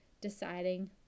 deciding